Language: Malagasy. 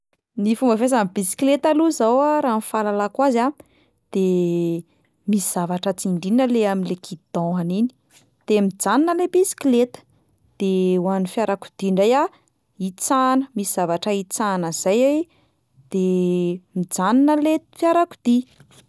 Ny fomba fiasan'ny bisikleta aloha zao a raha ny fahalalako azy a: de misy zavatra tsindriana le amin'le guidon-ny iny, de mijanona le bisikleta; de ho an'ny fiarakodia indray a itsahana, misy zavatra itsahana zay e de mijanona le fiarakodia.